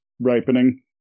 ripening